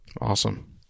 Awesome